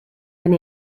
been